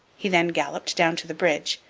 he then galloped down to the bridge,